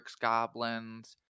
goblins